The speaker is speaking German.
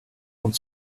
und